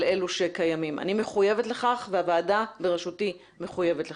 אלו שקיימים אני מחויבת לכך והוועדה בראשותי מחויבת לכך.